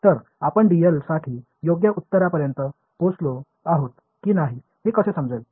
तर आपण dl साठी योग्य उत्तरापर्यंत पोचलो आहोत की नाही हे कसे समजेल